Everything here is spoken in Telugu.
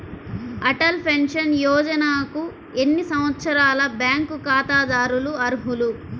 అటల్ పెన్షన్ యోజనకు ఎన్ని సంవత్సరాల బ్యాంక్ ఖాతాదారులు అర్హులు?